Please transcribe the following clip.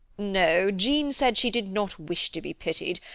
no, jean said she did not wish to be pitied,